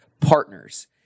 partners